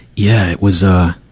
yeah, it was, ah,